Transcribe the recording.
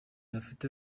bafite